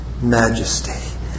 majesty